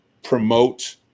Promote